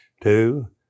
two